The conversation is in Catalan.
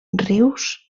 rius